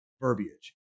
Verbiage